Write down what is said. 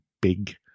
big